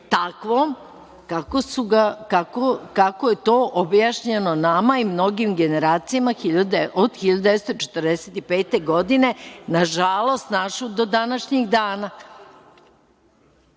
takvom kako je to objašnjeno nama i mnogim generacijama od 1945. godine, na žalost našu do današnjeg dana. Do